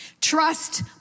trust